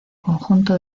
conjunto